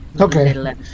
Okay